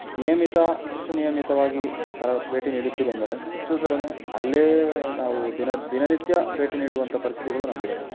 ನಿಯಮಿತ ಸುನಿಯಮಿತವಾಗಿ ಭೇಟಿ ನೀಡುತ್ತಿದೆ ಅಂದರೆ ಹೆಚ್ಚು ಕಡಿಮೆ ಅಲ್ಲೇ ನಾವು ದಿನ ದಿನನಿತ್ಯ ಭೇಟಿ ನೀಡುವಂಥ ಪರಿಸ್ಥಿತಿಗಳು ನಮ್ಗೆ ಇದ್ದಾವೆ